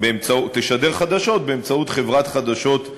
תשדר חדשות באמצעות חברת חדשות נפרדת.